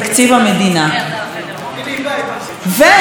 ולשרה יש עוד משהו,